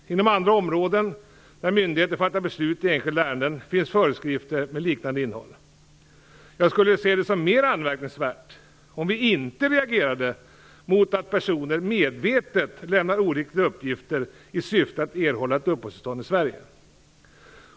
Inom andra områden där myndigheter fattar beslut i enskilda ärenden finns föreskrifter med liknande innehåll. Jag skulle se det som mer anmärkningsvärt om vi inte reagerade mot att personer medvetet lämnar oriktiga uppgifter i syfte att erhålla ett uppehållstillstånd i Sverige.